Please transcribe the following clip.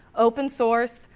open source,